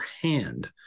hand